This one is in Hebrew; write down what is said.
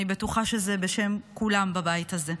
אני בטוחה שזה בשם כולם בבית הזה.